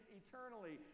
eternally